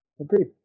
Agreed